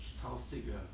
超 sick 的